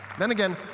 then again,